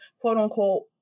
quote-unquote